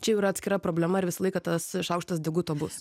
čia jau yra atskira problema ir visą laiką tas šaukštas deguto bus